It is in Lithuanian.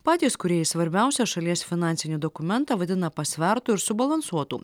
patys kūrėjai svarbiausią šalies finansinį dokumentą vadina pasvertu ir subalansuotu